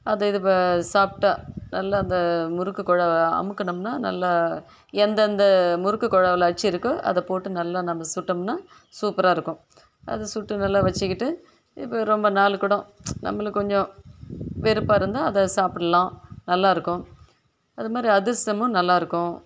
அது இது சாஃப்ட்டாக நல்லா அந்த முறுக்கு கொழாயை அமுக்குனோம்னா நல்லா எந்தெந்த முறுக்கு கொழாயில அச்சு இருக்கோ அதை போட்டு நல்லா நம்ம சுட்டோம்னா சூப்பராக இருக்கும் அது சுட்டு நல்லா வெச்சுக்கிட்டு இப்போ ரொம்ப நாள் கூட நம்மளுக்கு கொஞ்சம் வெறுப்பாக இருந்தால் அதை சாப்புடலாம் நல்லா இருக்கும் அது மாதிரி அதிரசமும் நல்லா இருக்கும்